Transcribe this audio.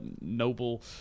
noble